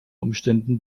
umständen